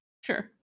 Sure